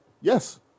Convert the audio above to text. Yes